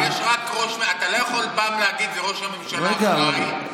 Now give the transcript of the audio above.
לא, אתה לא יכול פעם להגיד, זה ראש הממשלה אחראי.